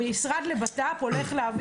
המשרד לביטחון הפנים הולך להעביר